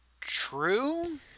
true